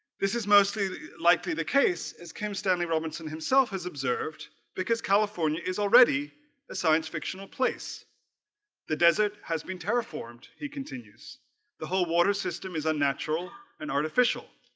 this is mostly likely the case as kim stanley robinson himself has observed because california is already a science fictional place the desert has been terraformed. he continues the whole water system is unnatural and artificial.